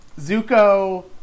Zuko